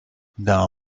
now